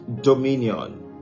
dominion